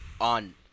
on